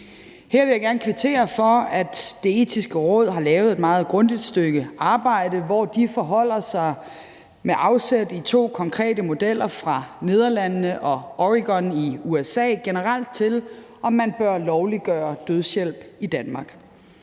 Her vil jeg gerne kvittere for, at Det Etiske Råd har lavet et meget grundigt stykke arbejde, hvor de med afsæt i to konkrete modeller fra Nederlandene og Oregon i USA forholder sig generelt til, om man bør lovliggøre dødshjælp i Danmark.